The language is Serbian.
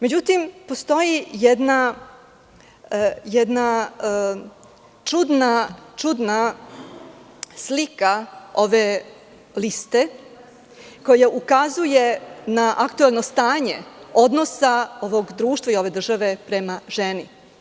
Međutim, postoji jedna čudna slika ove liste koja ukazuje na aktuelno stanje odnosa ovog društva i ove države prema ženi.